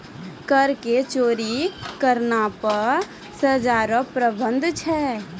कर के चोरी करना पर सजा रो प्रावधान छै